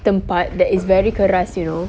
tempat that is very keras you know